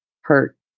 hurt